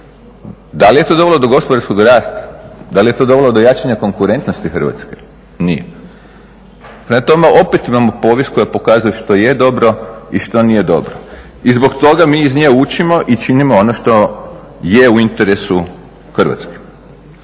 Da li je to dovelo do gospodarskog rasta? Da li je to dovelo do jačanja konkurentnosti Hrvatske? Nije. Prema tome, opet imamo povijest koja pokazuje što je dobro i što nije dobro. I zbog toga mi iz nje učimo i činimo ono što je u interesu Hrvatske.